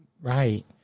Right